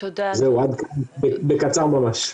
זהו, עד כאן, בקצר ממש.